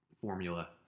formula